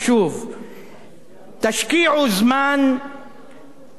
תשקיעו זמן בפיתוח תשתיות,